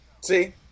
See